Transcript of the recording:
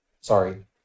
Sorry